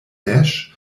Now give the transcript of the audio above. dash